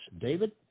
David